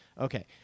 Okay